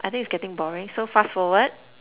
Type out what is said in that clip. I think is getting boring so fast forward